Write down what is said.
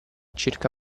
circa